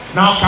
Now